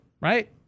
right